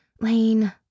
Lane